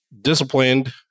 disciplined